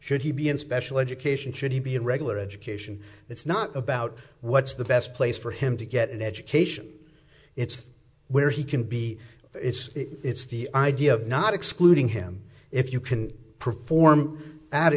should he be in special education should he be in regular education it's not about what's the best place for him to get an education it's where he can be it's it's the idea of not excluding him if you can perform at it